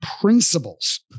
principles